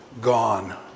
gone